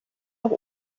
auch